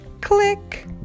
Click